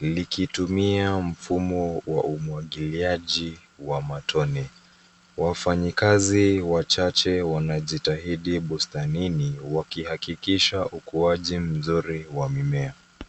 likitumia mfumo wa umwagiliaji wa matone. Wafanyikazi wachache wanajitahidi bustanini wakihakikisha ukuaji mzuri wa mimea.